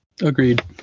Agreed